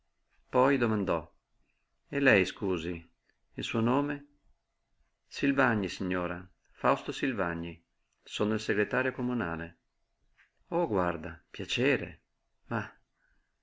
poi domandò e lei scusi il suo nome silvagni signora fausto silvagni sono il segretario comunale oh guarda piacere mah